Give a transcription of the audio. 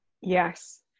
Yes